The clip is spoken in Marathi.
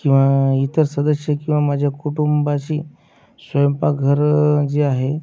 किंवा इतर सदस्य किंवा माझ्या कुटुंबाशी स्वयंपाकघर जे आहे